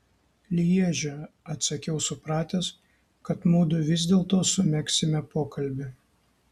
lježe atsakiau supratęs kad mudu vis dėlto sumegsime pokalbį